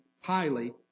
highly